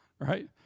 right